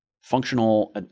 functional